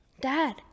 Dad